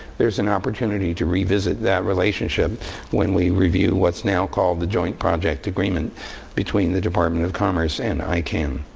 there's an opportunity to revisit that relationship when we review what's now called the joint project agreement between the department of commerce and icann.